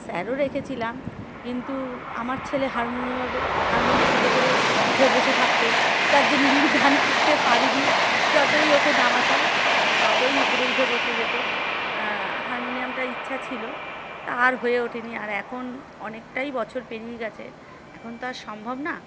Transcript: স্যারও রেখেছিলাম কিন্তু আমার ছেলে হারমোনিয়ামের হারমোনিয়ামের ওপরে উঠে বসে থাকতো যার জন্য আমি গান শিখতে পারিনি যতই ওকে নামাতাম ও ততই উপরে উঠে বসে যেত হারমোনিয়ামটার ইচ্ছা ছিল তা আর হয়ে ওঠেনি আর এখন অনেকটাই বছর পেরিয়ে গেছে এখন তো আর সম্ভব না